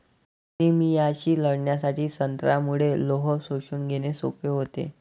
अनिमियाशी लढण्यासाठी संत्र्यामुळे लोह शोषून घेणे सोपे होते